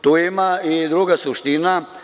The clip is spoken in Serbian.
Tu ima i druga suština.